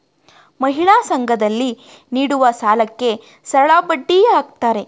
ಮಹಿಳಾ ಸಂಘ ದಲ್ಲಿ ನೀಡುವ ಸಾಲಕ್ಕೆ ಸರಳಬಡ್ಡಿ ಹಾಕ್ತಾರೆ